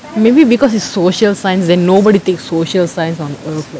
and maybe because it's social science then nobody takes social science on earth